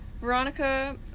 Veronica